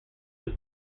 was